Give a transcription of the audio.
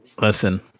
Listen